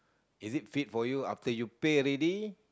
is it fit for you after you pay already